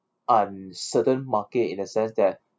uncertain market in a sense that